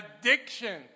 addiction